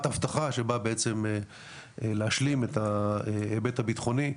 אבטחה שבאה בעצם להשלים את ההיבט הביטחוני.